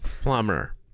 Plumber